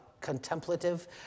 contemplative